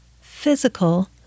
physical